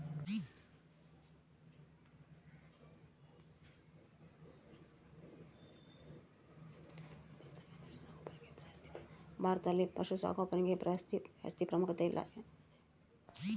ಭಾರತದಲ್ಲಿ ಪಶುಸಾಂಗೋಪನೆಗೆ ಜಾಸ್ತಿ ಪ್ರಾಮುಖ್ಯತೆ ಇಲ್ಲ ಯಾಕೆ?